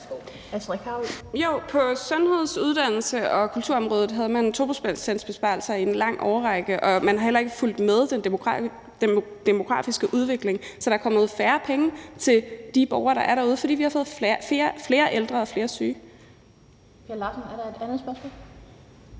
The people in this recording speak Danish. på sundheds-, uddannelses- og kulturområdet havde man 2-procentsbesparelser i en lang årrække, og man har heller ikke fulgt med den demografiske udvikling. Så der er kommet færre penge til de borgere, der er derude, fordi vi har fået flere ældre og flere syge. Kl. 11:52 Den fg. formand